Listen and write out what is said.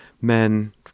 men